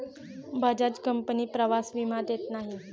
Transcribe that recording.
Bajaj company प्रवास विमा देत नाही